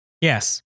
Yes